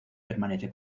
permanece